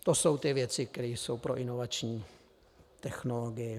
To jsou ty věci, které jsou pro inovační technologii.